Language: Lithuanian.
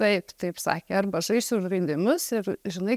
taip taip sakė arba žaisimiu žaidimus ir žinai